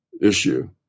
issue